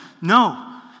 No